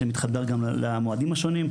שמתחבר גם למועדים השונים,